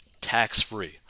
tax-free